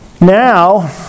Now